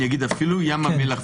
אפילו ים המלח,